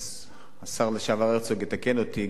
השר לשעבר הרצוג יתקן אותי,